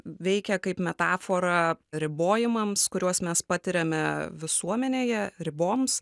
veikia kaip metafora ribojimams kuriuos mes patiriame visuomenėje riboms